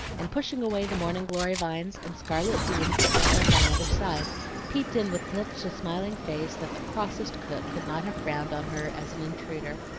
and pushing away the morning-glory vines and scarlet beans that ran up on either side peeped in with such a smiling face that the crossest cook could not have frowned on her as an intruder.